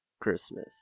Christmas